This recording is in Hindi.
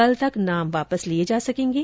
कल तक नाम वापस लिये जा सकेंगे